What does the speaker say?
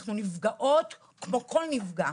אנחנו נפגעות כמו כל נפגע.